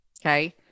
okay